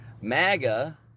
Maga